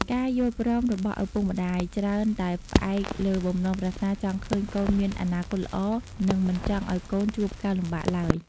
ការយល់ព្រមរបស់ឪពុកម្ដាយច្រើនតែផ្អែកលើបំណងប្រាថ្នាចង់ឃើញកូនមានអនាគតល្អ និងមិនចង់ឱ្យកូនជួបការលំបាកឡើយ។